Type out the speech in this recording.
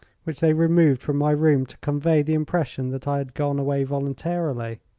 which they removed from my room to convey the impression that i had gone away voluntarily.